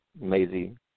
Maisie